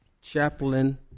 chaplain